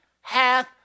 hath